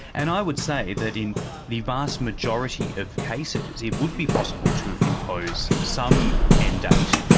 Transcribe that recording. and i would say that in the vast majority of cases it would be possible to impose some end date,